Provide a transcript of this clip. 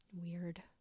Weird